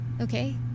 Okay